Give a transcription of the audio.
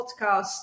podcast